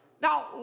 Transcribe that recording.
Now